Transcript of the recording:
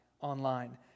online